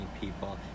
people